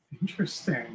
Interesting